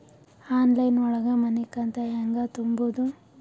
Online ಒಳಗ ಮನಿಕಂತ ಹ್ಯಾಂಗ ತುಂಬುದು?